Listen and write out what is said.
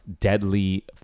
deadly